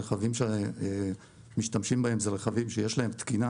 הרכבים שמשתמשים בהם, הם רכבים שיש להם תקינה